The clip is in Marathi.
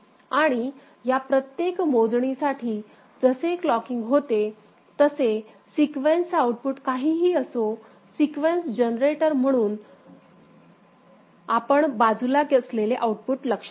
आणि या प्रत्येक मोजणीसाठी जसे क्लोकिंग होते तसे सीक्वेन्स आउटपुट काहीही असो सीक्वेन्स जनरेटर म्हणून आपण उजव्या बाजूला असलेले आउटपुट लक्षात घ्या